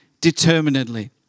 determinedly